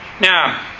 Now